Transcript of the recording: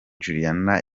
juliana